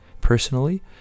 personally